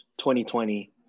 2020